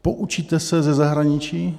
Poučíte se ze zahraničí?